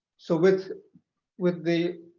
so with with the